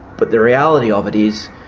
but the reality of it is,